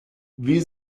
wie